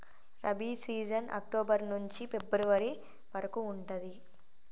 rabi season October నుంచి February వరకు ఉంటది